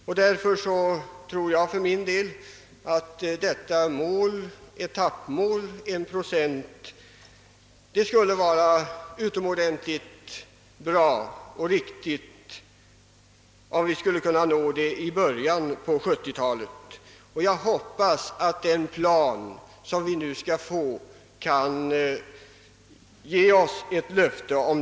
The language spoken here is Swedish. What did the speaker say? För min del tror jag att det är bra om vi kan nå detta etappmål i början på 1970-talet. Jag hoppas att den plan som nu skall göras upp kan ge oss löfte härom.